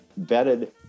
vetted